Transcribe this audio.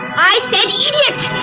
i said